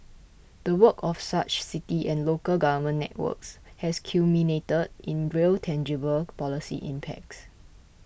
the work of such city and local government networks has culminated in real tangible policy impacts